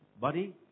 buddy